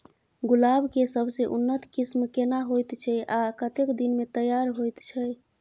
गुलाब के सबसे उन्नत किस्म केना होयत छै आ कतेक दिन में तैयार होयत छै?